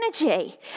energy